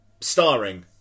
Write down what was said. starring